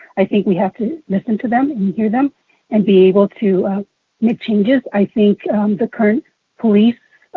i think we have to listen to them and hear them and be able to make changes. i think the current police,